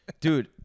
dude